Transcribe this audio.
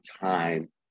time